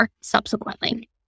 subsequently